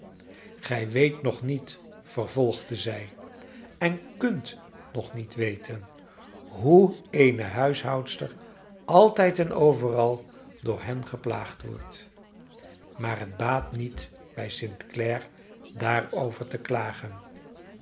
gij weet nog niet vervolgde zij en kunt nog niet weten hoe eene huishoudster altijd en overal door hen geplaagd wordt maar het baat niet bij st clare daarover te klagen